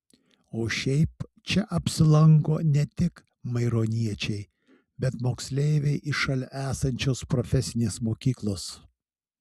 o šiaip čia apsilanko ne tik maironiečiai bet moksleiviai iš šalia esančios profesinės mokyklos